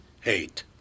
hate